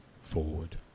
forward